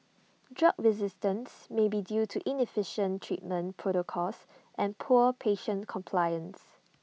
drug resistance may be due to inefficient treatment protocols and poor patient compliance